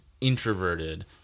introverted